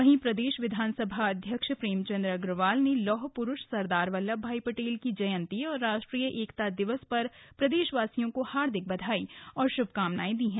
वहीं प्रदेश विधानसभा अध्यक्ष प्रेमचंद अग्रवाल ने लौह पुरुष सरदार पटेल की जयन्ती और राष्ट्रीय एकता दिवस पर प्रदेशवासियों को हार्दिक बधाई और शुभकामनाएं दी हैं